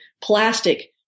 plastic